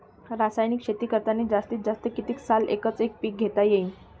रासायनिक शेती करतांनी जास्तीत जास्त कितीक साल एकच एक पीक घेता येईन?